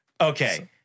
Okay